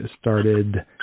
started